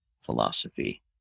philosophy